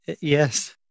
Yes